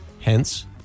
Hence